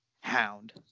Hound